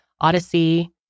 Odyssey